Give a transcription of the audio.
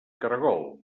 caragol